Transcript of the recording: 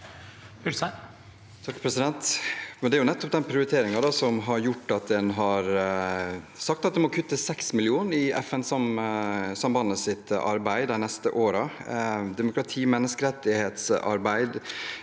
Ulstein (KrF) Det er nettopp den prioriteringen som har gjort at en har sagt at det må kuttes 6 mill. kr i FN-sambandets arbeid de neste årene. Demokrati- og menneskerettighetsarbeid